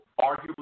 arguably